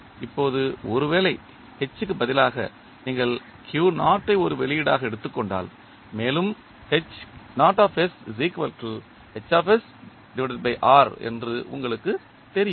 இப்போது ஒருவேளை h க்கு பதிலாக நீங்கள் q0 ஐ ஒரு வெளியீடாக எடுத்துக்கொண்டால் மேலும் என்று உங்களுக்குத் தெரியும்